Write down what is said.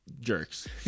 jerks